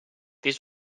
this